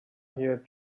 hear